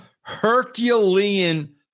Herculean